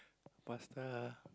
pasta